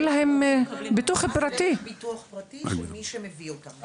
הם מקבלים ביטוח בריאות פרטי דרך המעסיק שמביא אותם,